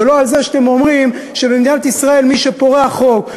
ולא על זה שאתם אומרים שבמדינת ישראל מי שפורע חוק,